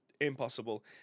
impossible